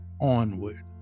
onward